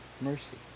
mercy